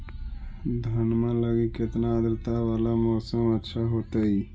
धनमा लगी केतना आद्रता वाला मौसम अच्छा होतई?